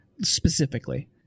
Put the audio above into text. specifically